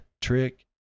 trick